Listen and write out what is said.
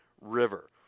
River